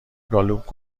گالوپ